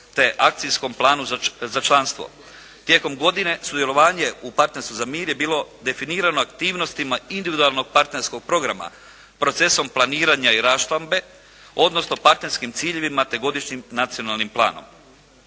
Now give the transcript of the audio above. te akcijskom planu za članstvo. Tijekom godine, sudjelovanje u partnerstvu za mir je bilo definirano aktivnostima individualnog partnerskog programa, procesom planiranja i raščlambe, odnosno partnerskim ciljevima te godišnjim nacionalnim planom.